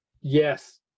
Yes